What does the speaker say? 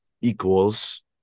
equals